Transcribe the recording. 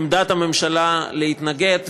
עמדת הממשלה היא להתנגד,